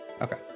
okay